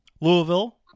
Louisville